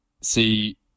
see